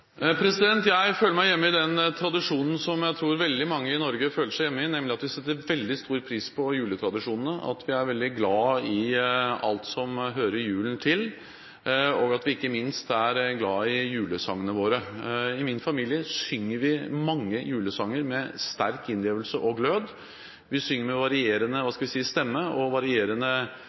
Jeg føler meg hjemme i den tradisjonen som jeg tror veldig mange i Norge føler seg hjemme i – vi setter veldig stor pris på juletradisjonene og er veldig glad i alt som hører julen til, ikke minst i julesangene våre. I min familie synger vi mange julesanger med sterk innlevelse og glød. Vi synger med varierende – hva skal vi si – stemme, og varierende